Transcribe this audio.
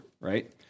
right